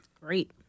Great